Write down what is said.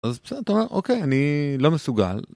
אז אתה אומר אוקיי אני לא מסוגל